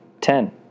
Ten